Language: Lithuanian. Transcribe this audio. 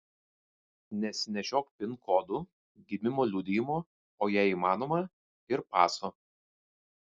nesinešiok pin kodų gimimo liudijimo o jei įmanoma ir paso